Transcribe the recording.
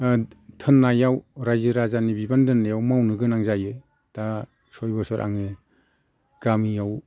थोननायाव रायजो राजानि बिबान दोननायाव मावनो गोनां जायो दा सय बोसोर आङो गामियाव